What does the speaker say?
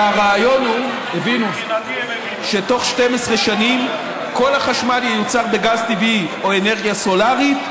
והרעיון הוא שבתוך 12 שנים כל החשמל ייוצר בגז טבעי או אנרגיה סולרית,